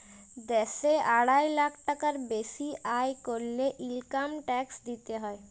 দ্যাশে আড়াই লাখ টাকার বেসি আয় ক্যরলে ইলকাম ট্যাক্স দিতে হ্যয়